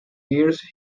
girls